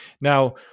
Now